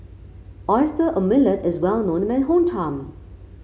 Oyster Omelette is well known in my hometown